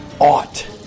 ought